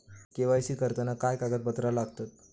KYC करताना काय कागदपत्रा लागतत?